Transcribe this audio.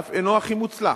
ואף אינו הכי מוצלח,